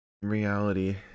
Reality